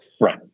Right